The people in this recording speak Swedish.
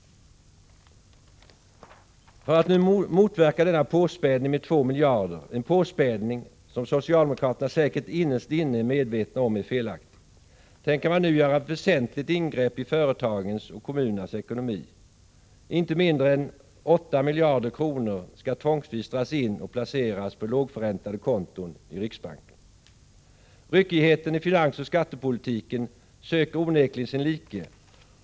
För att motverka denna påspädning med 2 miljarder — socialdemokraterna är säkert innerst inne medvetna om att denna påspädning är felaktig — tänker man nu göra ett väsentligt ingrepp i företagens och kommunernas ekonomi. Inte mindre än 8 miljarder kronor skall tvångsvis dras in och placeras på lågförräntande konton i riksbanken. Ryckigheten i finansoch skattepolitiken söker onekligen sin like.